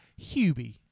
Hubie